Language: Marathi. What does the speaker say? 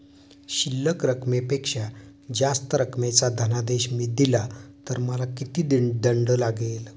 शिल्लक रकमेपेक्षा जास्त रकमेचा धनादेश मी दिला तर मला किती दंड लागेल?